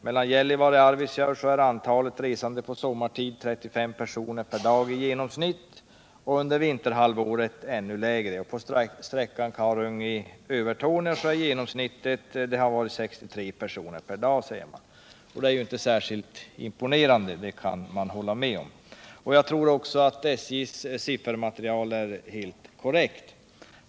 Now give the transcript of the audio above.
Mellan Gällivare och Arvidsjaur är antalet resande sommartid i genomsnitt 35 per dag — under vinterhalvåret ännu lägre. På sträckan Karungi-Övertorneå har det genomsnittliga antalet resande varit 63 per dag. Det är inte särskilt imponerande, det kan man hålla med om. Jag tror att SJ:s siffermaterial är helt korrekt.